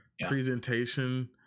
presentation